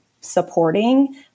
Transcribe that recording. supporting